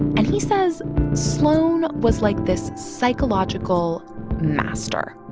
and he says sloan was like this psychological master.